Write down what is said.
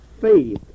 faith